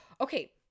okay